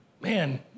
Man